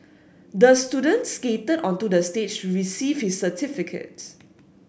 the students skated onto the stage receive his certificate